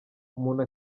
umuntu